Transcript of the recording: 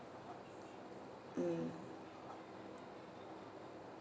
mm